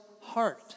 heart